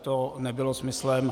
To nebylo smyslem.